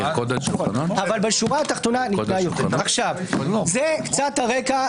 אבל בשורה התחתונה ניתנה --- אני מצטער,